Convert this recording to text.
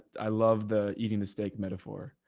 i love the eating, the steak metaphor,